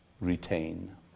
retain